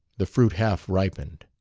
the fruit half ripened.